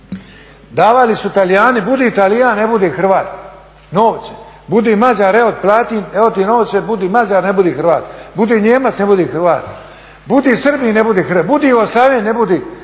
Davali su Talijani, budi Talijan, ne budi Hrvat, novce, budi Mađar, evo ti novci, budi Mađar, ne budi Hrvat, budi Nijemac, ne budi Hrvat, budi Srbin, ne budi Hrvat, budi Jugoslaven, ne budi Hrvat,